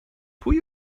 pwy